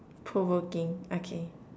provoking okay